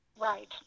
Right